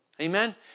Amen